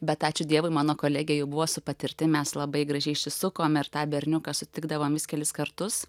bet ačiū dievui mano kolegė jau buvo su patirtim mes labai gražiai išsisukom ir tą berniuką sutikdavom vis kelis kartus